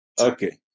okay